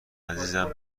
عزیزم